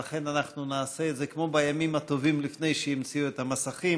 לכן נעשה את זה כמו בימים הטובים לפני שהמציאו את המסכים.